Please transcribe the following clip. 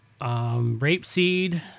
rapeseed